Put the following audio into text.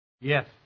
Yes